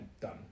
done